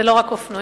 זה לא רק אופנועים,